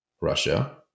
Russia